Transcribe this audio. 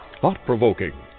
thought-provoking